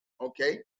Okay